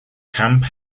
camp